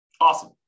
Awesome